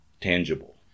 tangible